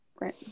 Right